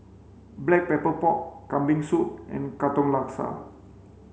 black pepper pork kambing soup and Katong Laksa